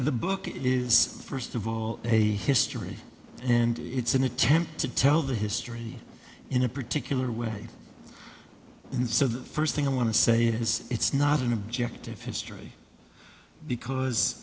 the book is first of all a history and it's an attempt to tell the history in a particular way and so the first thing i want to say is it's not an objective history because